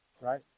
right